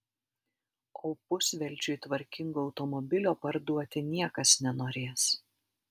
o pusvelčiui tvarkingo automobilio parduoti niekas nenorės